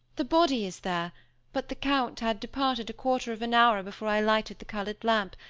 the body is there but the count had departed a quarter of an hour before i lighted the colored lamp,